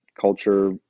culture